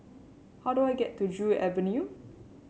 how do I get to Joo Avenue